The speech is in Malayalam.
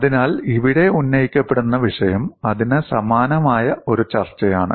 അതിനാൽ ഇവിടെ ഉന്നയിക്കപ്പെടുന്ന വിഷയം അതിന് സമാനമായ ഒരു ചർച്ചയാണ്